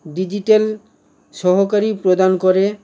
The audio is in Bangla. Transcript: ডিজিটাল সহকারী প্রদান করে